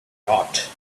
not